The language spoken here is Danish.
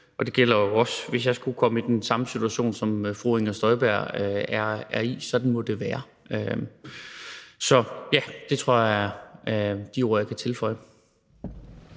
Og det gælder jo også, hvis jeg skulle komme i den samme situation, som fru Inger Støjberg er i. Sådan må det være. Det tror jeg er de ord, jeg kan tilføje.